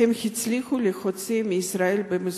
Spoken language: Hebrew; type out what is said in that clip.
הם הצליחו להוציא מישראל במזומן.